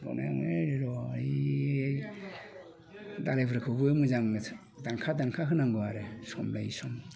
मा होनो र' ओइ दालाइफोरखौबो मोजाङै दानखा दानखा होनांगौ आरो सम लायै सम